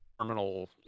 terminal